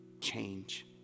Change